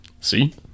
See